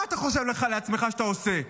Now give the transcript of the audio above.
מה אתה חושב לעצמך שאתה עושה?